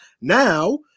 Now